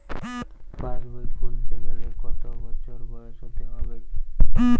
পাশবই খুলতে গেলে কত বছর বয়স হতে হবে?